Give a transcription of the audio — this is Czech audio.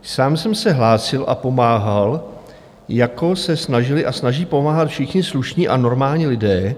Sám jsem se hlásil a pomáhal, jako se snažili a snaží pomáhat všichni slušní a normální lidé.